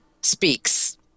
speaks